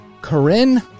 Corinne